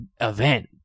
event